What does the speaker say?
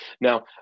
Now